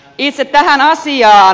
itse tähän asiaan